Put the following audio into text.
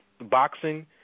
boxing